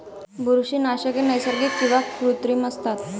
बुरशीनाशके नैसर्गिक किंवा कृत्रिम असतात